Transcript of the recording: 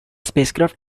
spacecraft